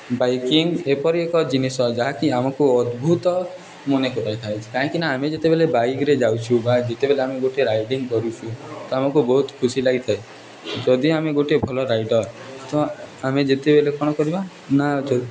biking ଏପରି ଏକ ଜିନିଷ ଯାହାକି ଆମକୁ ଅଦ୍ଭୁତ ମନେକରାଇଥାଏ କାହିଁକିନା ଆମେ ଯେତେବେଳେ ବାଇକ୍ରେ ଯାଉଛୁ ବା ଯେତେବେଳେ ଆମେ ଗୋଟେ ରାଇଡିଂ କରୁଛୁ ତ ଆମକୁ ବହୁତ ଖୁସି ଲାଗିଥାଏ ଯଦି ଆମେ ଗୋଟେ ଭଲ ରାଇଡ଼ର୍ ତ ଆମେ ଯେତେବେଳେ କ'ଣ କରିବା ନା